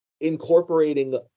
incorporating